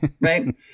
Right